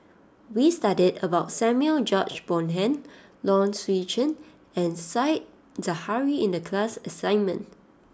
we studied about Samuel George Bonham Low Swee Chen and Said Zahari in the class assignment